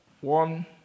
one